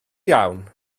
iawn